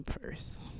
first